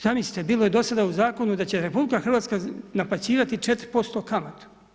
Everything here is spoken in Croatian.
Zamislite bilo je do sada u zakonu da će RH, naplaćivati 4% kamate.